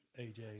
AJ